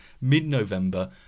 mid-November